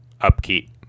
upkeep